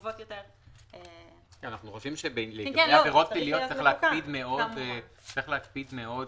אנחנו חושבים שצריך להקפיד להתאים את העבירות